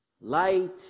Light